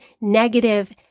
negative